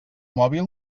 mòbil